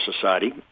society